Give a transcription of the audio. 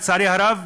לצערי הרב,